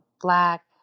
black